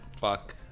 fuck